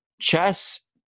chess